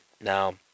Now